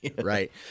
Right